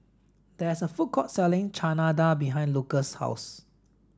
there is a food court selling Chana Dal behind Lucas' house